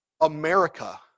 America